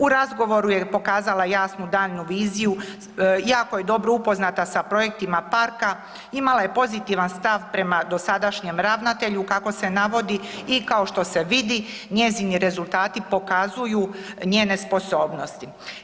U razgovoru je pokazala jasnu daljnju viziju, jako je dobro upoznata sa projektima parka, imala je pozitivan stav prema dosadašnjem ravnatelju, kako se navodi i kao što se vidi njezini rezultati pokazuju njene sposobnosti.